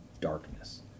darkness